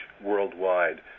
worldwide